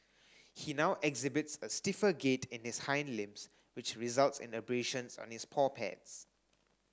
he now exhibits a stiffer gait in his hind limbs which results in abrasions on his paw pads